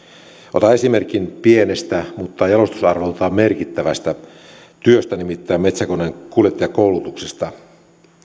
otan esimerkin pienestä mutta jalostusarvoltaan merkittävästä työstä nimittäin metsäkoneenkuljettajakoulutuksesta